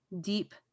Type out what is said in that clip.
deep